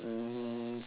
um